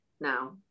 now